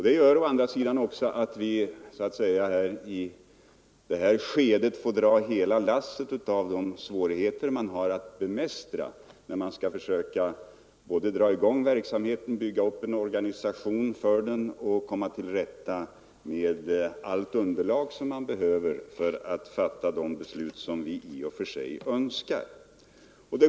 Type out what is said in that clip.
Detta gör att vi i nuvarande skede får dra hela lasset när det gäller att bemästra svårigheterna, alltså att dra i gång hela verksamheten, bygga upp en organisation för den och komma till rätta med hela underlaget som behövs för att fatta de beslut som man i och för sig önskar fatta.